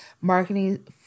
marketing